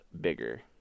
bigger